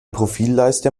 profilleiste